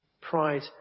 Pride